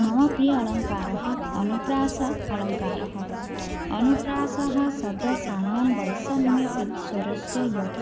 मम प्रियः अलङ्कारः अनुप्रास अलङ्कारः अनुप्रासः शब्दसाम्यं वैषम्येपि स्वरस्य यत्